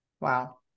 Wow